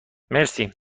مرسی